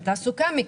עם תעסוקה מקומית.